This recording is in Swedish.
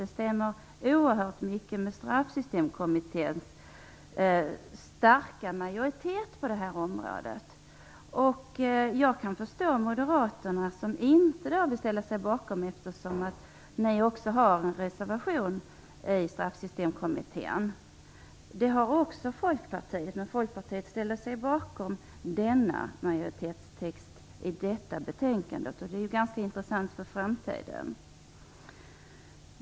Det stämmer oerhört väl överens med Straffsystemkommitténs starka majoritet på det här området. Jag kan förstå att Moderaterna inte vill ställa sig bakom detta, eftersom de också har en reservation i Straffsystemkommittén. Det har också Folkpartiet, men Folkpartiet ställer sig bakom denna majoritetstext i detta betänkande. Det är ganska intressant inför framtiden.